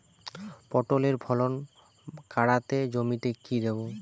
পটলের ফলন কাড়াতে জমিতে কি দেবো?